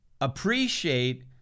appreciate